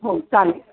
हो चालेल